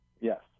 Yes